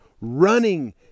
running